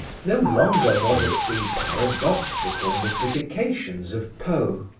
no longer was it the paradoxical mystifications of poe,